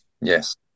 Yes